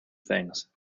things